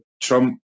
Trump